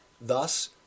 Thus